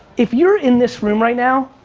if you're in this room right now,